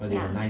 ya